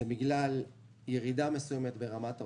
זה בגלל ירידה מסוימת ברמת ההוצאות,